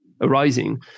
arising